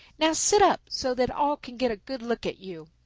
now sit up so that all can get a good look at you.